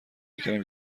کردم